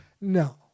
No